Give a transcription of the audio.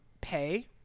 pay